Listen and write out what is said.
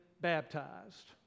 baptized